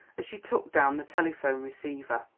as she took down the telephone receiver.